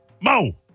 Mo